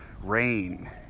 Rain